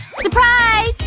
surprise!